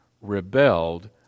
rebelled